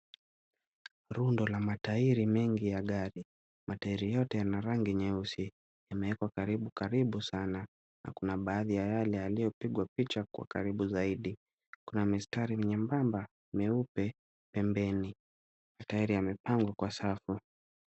Rundo la matairi mengi ya gari. Matairi yote yana rangi nyeusi. Yamewekwa karibu karibu sana na kuna baadhi ya yale yaliyo pigwa picha kwa karibu zaidi. Kuna mistari nyembamba meupe pembeni. Matairi yamepangwa kwa safu.